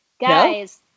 guys